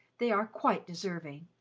they are quite deserving.